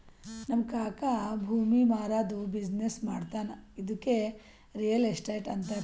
ನಮ್ ಕಾಕಾ ಭೂಮಿ ಮಾರಾದ್ದು ಬಿಸಿನ್ನೆಸ್ ಮಾಡ್ತಾನ ಇದ್ದುಕೆ ರಿಯಲ್ ಎಸ್ಟೇಟ್ ಅಂತಾರ